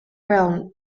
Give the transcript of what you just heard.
realm